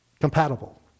compatible